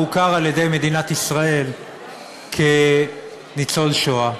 הוא הוכר על-ידי מדינת ישראל כניצול שואה.